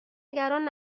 نگران